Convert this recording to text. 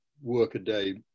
work-a-day